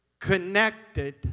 connected